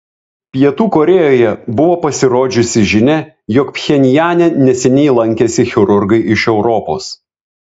pietų korėjoje buvo pasirodžiusi žinia jog pchenjane neseniai lankėsi chirurgai iš europos